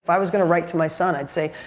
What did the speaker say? if i was gonna write to my son, i'd say,